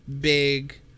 big